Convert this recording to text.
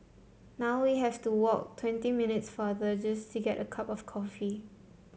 now we have to walk twenty minutes farther just to get a cup of coffee